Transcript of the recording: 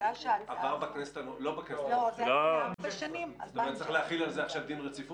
דבר שכן צריך לדבר עליו: עד כמה אנחנו כחברי כנסת